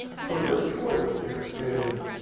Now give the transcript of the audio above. so your choice here is,